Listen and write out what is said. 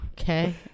okay